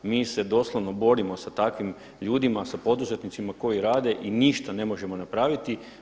Mi se doslovno borimo sa takvim ljudima, sa poduzetnicima koji rade i ništa ne možemo napraviti.